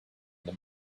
him